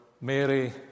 Mary